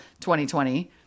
2020